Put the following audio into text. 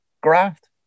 graft